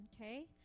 Okay